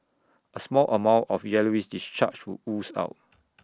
A small amount of yellowish discharge would ooze out